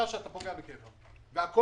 אין כלונסאות בתוך השטח.